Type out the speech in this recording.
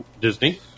Disney